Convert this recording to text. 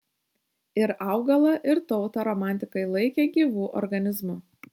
ir augalą ir tautą romantikai laikė gyvu organizmu